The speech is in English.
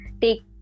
take